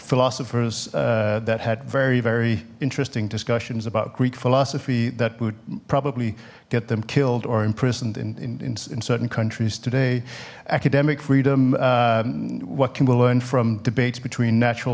philosophers that had very very interesting discussions about greek philosophy that would probably get them killed or imprisoned in certain countries today academic freedom what can we learn from debates between natural